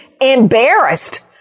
embarrassed